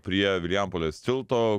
prie vilijampolės tilto